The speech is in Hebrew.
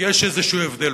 יש איזשהו הבדל.